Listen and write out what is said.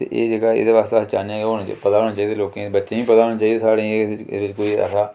ते एह् जेह्का एहदे वास्तै अस चाह्न्ने आं कि पता होना चाहिदा लोकें गी ते बच्चें गी बी पता होना चाहिदा साढ़ें गी लोकें गी एह्दे च एह्दे बिच्च कोई ऐसा